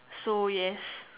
so yes